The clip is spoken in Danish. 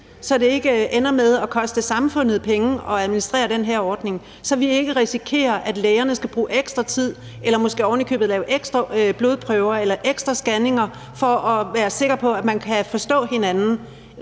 så det ikke ender med at koste samfundet penge at administrere den her ordning, så vi ikke risikerer, at lægerne skal bruge ekstra tid eller måske ovenikøbet lave ekstra blodprøver eller ekstra scanninger for at være sikker på, at man kan forstå hinanden,